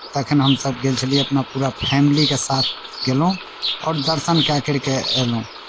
तखन हमसभ गेल छलियै अपना पूरा फैमलीके साथ गेलहुँ आओर दर्शन कए करि कऽ अयलहुँ